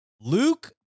Luke